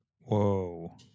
Whoa